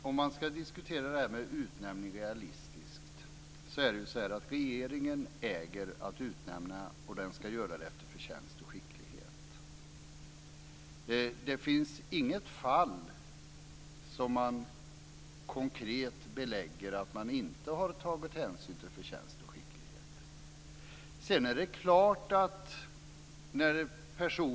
Fru talman! Om man ska diskutera frågan om utnämning realistiskt är det ju så att regeringen äger att utnämna, och den ska göra det efter förtjänst och skicklighet. Det finns inget fall där man konkret kan belägga att man inte har tagit hänsyn till förtjänst och skicklighet.